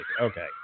Okay